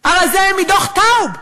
הרזה מדוח טאוב.